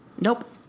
Nope